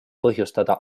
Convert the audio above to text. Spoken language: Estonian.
põhjustada